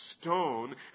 Stone